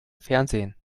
fernsehen